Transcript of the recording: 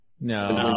No